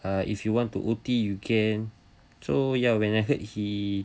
uh if you want to O_T you can so ya when I heard he